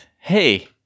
Hey